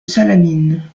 salamine